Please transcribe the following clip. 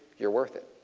you're worth it.